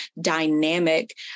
dynamic